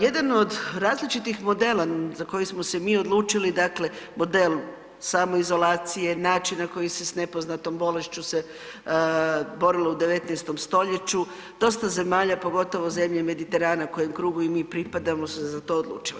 Jedan od različitih modela za koje smo se mi odlučili, model samoizolacije, način na koji se s nepoznatom bolešću se borilo u 19. stoljeću, dosta zemlja, pogotovo zemlje Mediterana kojem krugu i mi pripadamo su se za to odlučile.